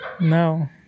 No